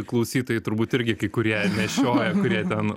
klausytojai turbūt irgi kai kurie nešioja kurie ten